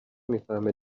میفهمه